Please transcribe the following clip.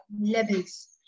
levels